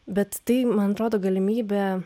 bet tai man atrodo galimybė